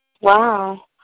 Wow